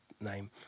name